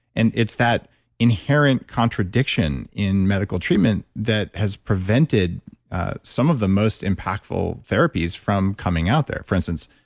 and it's that inherent contradiction in medical treatment that has prevented some of the most impactful therapies from coming out there. for instance,